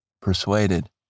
persuaded